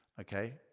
Okay